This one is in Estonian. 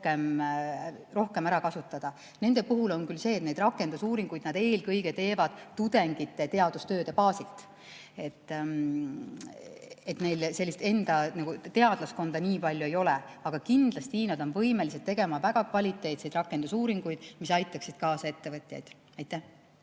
rohkem ära kasutada. Nende puhul on küll see, et neid rakendusuuringuid nad eelkõige teevad tudengite teadustööde baasilt. Neil enda teadlaskonda nii palju ei ole, aga kindlasti nad on võimelised tegema väga kvaliteetseid rakendusuuringuid, mis aitaksid ettevõtjaid. Suur